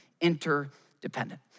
interdependent